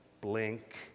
blink